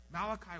Malachi